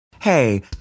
Hey